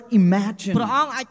imagine